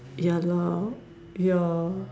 ya lah ya